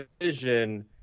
vision